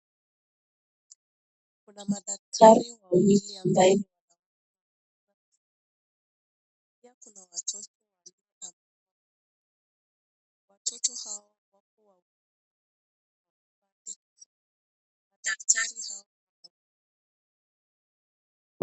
Kuna madaktari wawili ambaye anamhudumia mgonjwa. Huduma anayopewa ni ya kupunguza maumivu au kuyapunguza kabisa.